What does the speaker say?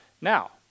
Now